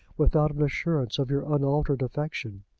without an assurance of your unaltered affection.